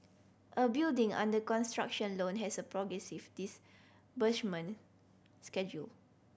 a building under construction loan has a progressive disbursement schedule